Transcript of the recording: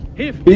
if